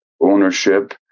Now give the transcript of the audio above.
ownership